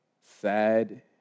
Sad